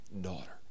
daughter